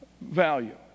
value